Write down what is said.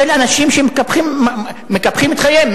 של אנשים שמקפחים את חייהם,